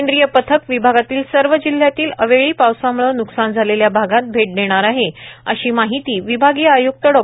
हे केंद्रीय पथक विभागातील सर्व जिल्ह्यातील अवेळी पावसामुळे न्कसान झालेल्या भागात भेट देणार आहे अशी माहिती विभागीय आयुक्त डॉ